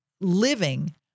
living